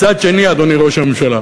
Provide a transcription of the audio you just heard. מצד שני, אדוני ראש הממשלה,